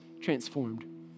transformed